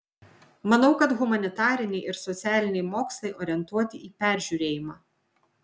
manau kad humanitariniai ir socialiniai mokslai orientuoti į peržiūrėjimą